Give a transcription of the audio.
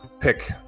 pick